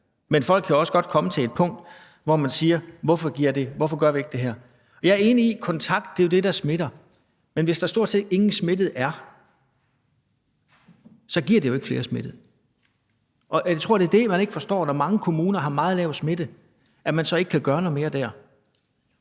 men folk kan jo også godt komme til et punkt, hvor man siger: Hvorfor gør vi ikke det her? Jeg er enig i, at kontakt jo er det, der smitter. Men hvis der stort set ingen smittede er, giver det jo ikke flere smittede. Jeg tror, det er det, man ikke forstår, nemlig at man, når mange kommuner har meget lav smitte, så ikke kan gøre noget mere der.